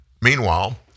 Meanwhile